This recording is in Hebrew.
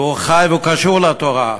והוא חי והוא קשור לתורה.